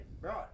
Right